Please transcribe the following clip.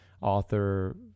author